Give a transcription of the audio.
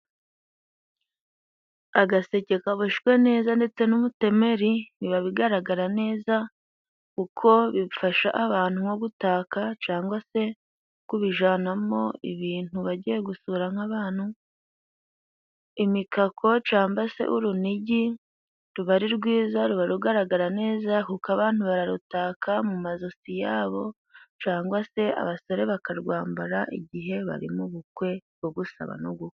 Agaseke kaboshwe neza ndetse n'umutemeri, biba bigaragara neza kuko bifasha abantu nko gutaka cangwa se kubijanamo ibintu bagiye gusura nk'abantu. Imikako camba se urunigi, ruba ari rwiza. Ruba rugaragara neza kuko abantu bararutaka mu mazosi yabo cangwa se abasore bakarwambara, igihe bari mu bukwe bwo gusaba no gukwa.